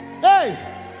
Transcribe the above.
Hey